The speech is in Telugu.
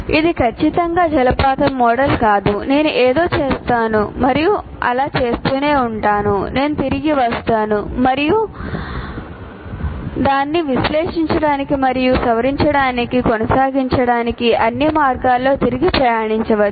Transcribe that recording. ఇది ఖచ్చితంగా జలపాతం మోడల్ కాదు నేను ఏదో చేస్తాను మరియు అలా చేస్తూనే ఉంటాను నేను తిరిగి వస్తాను మరియు దానిని విశ్లేషించడానికి మరియు సవరించడానికి కొనసాగించడానికి అన్ని మార్గాల్లో తిరిగి ప్రయాణించవచ్చు